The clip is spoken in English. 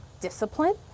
discipline